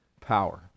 power